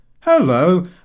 Hello